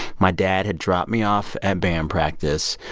my dad had dropped me off at band practice,